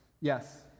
Yes